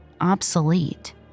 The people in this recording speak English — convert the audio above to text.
obsolete